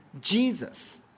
Jesus